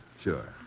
Sure